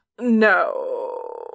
No